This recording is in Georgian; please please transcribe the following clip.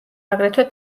აგრეთვე